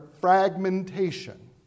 fragmentation